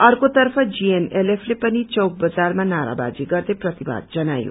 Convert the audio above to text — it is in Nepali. अर्को तर्फ जीएनएलएफ पनि चोक बजारमा नारावाजी गर्दै प्रतिवाद जनायो